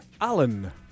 Alan